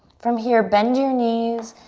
from here, bend your knees,